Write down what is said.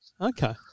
Okay